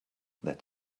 that